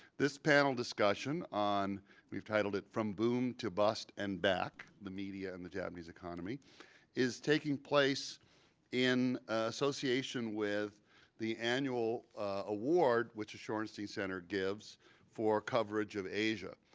this panel discussion we've titled it from boom to bust and back, the media and the japanese economy is taking place in association with the annual award which the shorenstein center gives for coverage of asia.